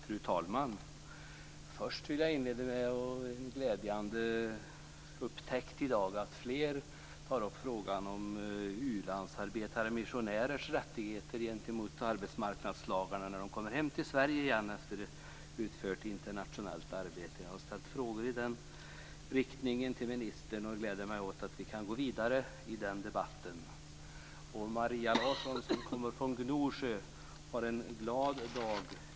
Fru talman! Först vill jag glädja mig åt att fler tar upp frågan om u-landsarbetare och missionärers rättigheter gentemot arbetsmarknadslagarna när de kommer hem till Sverige igen efter ett internationellt arbete. Jag har ställt frågor i den riktningen till ministern, och jag gläder mig åt att vi nu kan gå vidare med den debatten. Maria Larsson, som kommer från Gnosjö, har en glad dag.